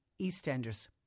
EastEnders